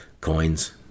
coins